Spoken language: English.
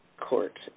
Court